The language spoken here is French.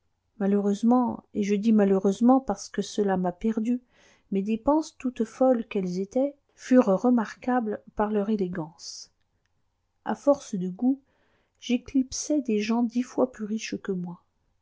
malheureusement et je dis malheureusement parce que cela m'a perdu mes dépenses toutes folles qu'elles étaient furent remarquables par leur élégance à force de goût j'éclipsai des gens dix fois plus riches que moi